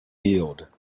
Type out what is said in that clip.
healed